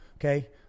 okay